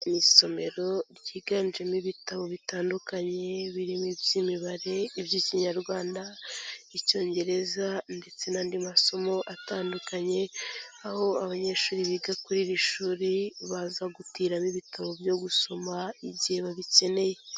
Mu isomero ryiganjemo ibitabo bitandukanye birimo iby'imibare, iby'Ikinyarwanda, Icyongereza ndetse n'andi masomo atandukanye, aho abanyeshuri biga kuri iri shuri baza gutiramo ibitabo byo gusoma igihe babikeneye.